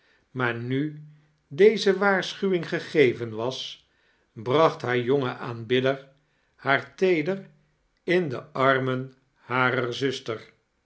maar nu deze waarschuwing gegeven was bracht haar jonge aanibidder haar teeder in de armen harer zuster